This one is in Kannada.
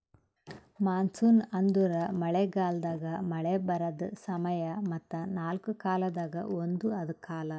ಮಾನ್ಸೂನ್ ಅಂದುರ್ ಮಳೆ ಗಾಲದಾಗ್ ಮಳೆ ಬರದ್ ಸಮಯ ಮತ್ತ ನಾಲ್ಕು ಕಾಲದಾಗ ಒಂದು ಕಾಲ